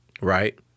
right